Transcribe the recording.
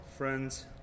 friends